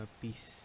peace